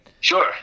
Sure